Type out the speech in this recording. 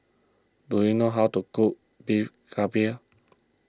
do you know how to cook Beef Galbi